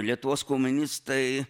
lietuvos komunistai